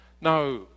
Now